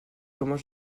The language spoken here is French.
comment